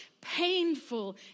painful